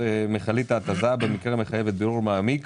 לדעת מה קרה עם זה מאז